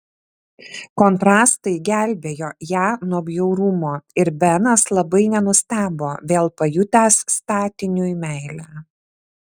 kontrastai gelbėjo ją nuo bjaurumo ir benas labai nenustebo vėl pajutęs statiniui meilę